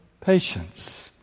patience